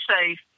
safe